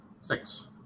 Six